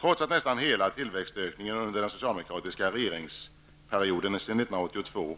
Trots att nästan hela tillväxtöknginen under den socialdemokratiska regeringsperioden sedan 1982